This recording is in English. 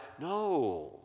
No